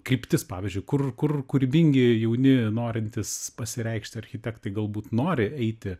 kryptis pavyzdžiui kur kur kūrybingi jauni norintys pasireikšti architektai galbūt nori eiti